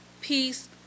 peace